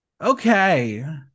Okay